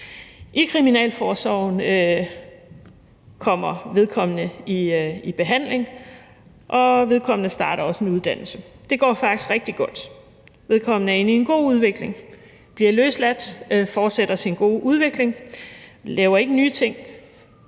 I kriminalforsorgen kommer vedkommende i behandling, og vedkommende starter også en uddannelse. Det går faktisk rigtig godt. Vedkommende er inde i en god udvikling, bliver løsladt, fortsætter sin gode udvikling og laver ikke en ny ting.